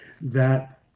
that-